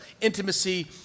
intimacy